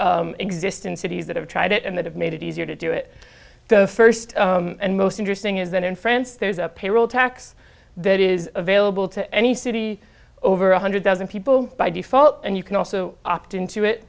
exist in cities that have tried it and that have made it easier to do it the first and most interesting is that in france there's a payroll tax that is available to any city over one hundred thousand people by default and you can also opt into it